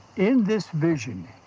in this vision,